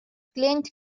klient